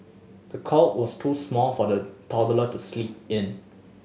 the cot was too small for the toddler to sleep in